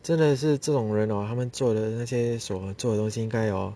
真的是这种人 hor 他们做的那些所做的东西应该 hor